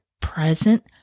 present